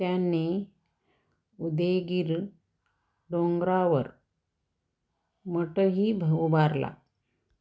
त्याने उदयगिरी डोंगरावर मठही उभारला